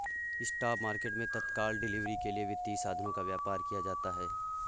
spot market मैं तत्काल delivery के लिए वित्तीय साधनों का व्यापार किया जाता है